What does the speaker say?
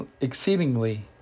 exceedingly